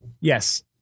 yes